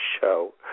show